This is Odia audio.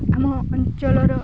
ଆମ ଅଞ୍ଚଳର